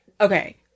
Okay